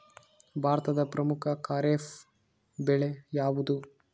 ಭಾರತದ ಪ್ರಮುಖ ಖಾರೇಫ್ ಬೆಳೆ ಯಾವುದು?